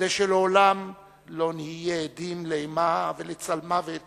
כדי שלעולם לא נהיה עדים לאימה ולצלמוות